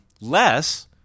less